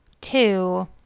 Two